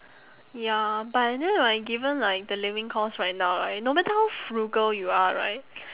ya but then like given like the living cost right now right no matter how frugal you are right